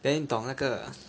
then 你懂那个